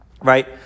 right